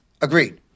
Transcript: Agreed